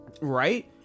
Right